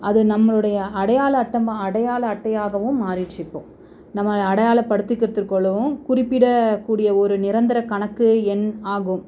அது நம்மளுடைய அடையாள அட்டைமா அடையாள அட்டையாகவும் மாறிடுச்சு இப்போது நம்மளை அடையாளப்படுத்திக்கிருத்திக் கொள்ளவும் குறிப்பிடக் கூடிய ஒரு நிரந்தர கணக்கு எண் ஆகும்